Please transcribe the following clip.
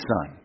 Son